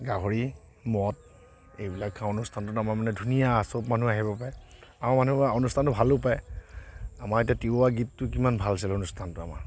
গাহৰি মদ এইবিলাক খাওঁ অনুষ্ঠানটোত আমাৰ মানে ধুনীয়া চব মানুহ আহিব পাৰে আমাৰ মানুহবোৰে অনুষ্ঠানটো ভালো পায় আমাৰ এতিয়া তিৱা গীতটো কিমান ভাল হৈছিল অনুষ্ঠানটো আমাৰ